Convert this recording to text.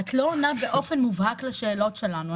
את לא עונה באופן מובהק לשאלות שלנו.